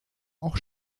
auch